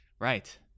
right